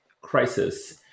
crisis